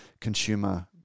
consumer